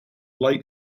light